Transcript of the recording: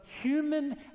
human